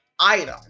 item